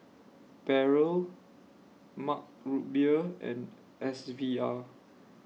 Barrel Mug Root Beer and S V R